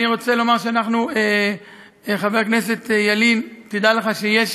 אני רוצה לומר שאנחנו, חבר הכנסת ילין, תדע לך שיש